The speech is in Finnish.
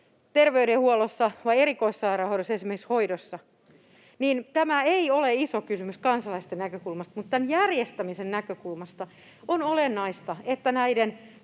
perusterveydenhuollossa vai erikoissairaanhoidossa hoidossa, niin tämä ei ole iso kysymys kansalaisten näkökulmasta — tämän järjestämisen näkökulmasta on olennaista, että näiden